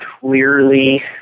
clearly